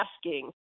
asking